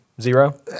Zero